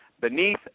Beneath